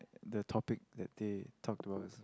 the topic that they talk about is